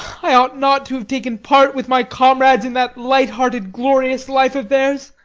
i ought not to have taken part with my comrades in that lighthearted, glorious life of theirs.